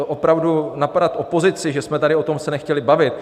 Opravdu, napadat opozici, že jsme se tady o tom nechtěli bavit.